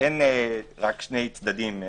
אין רק שני צדדים.